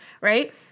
right